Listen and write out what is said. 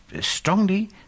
strongly